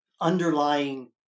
underlying